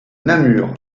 namur